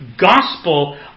gospel